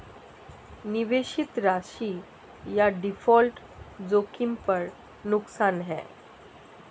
निवेशित राशि या डिफ़ॉल्ट जोखिम पर नुकसान है